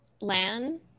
LAN